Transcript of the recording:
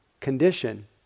condition